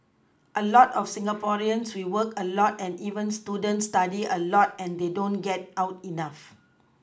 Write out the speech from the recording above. a lot of Singaporeans we work a lot and even students study a lot and they don't get out enough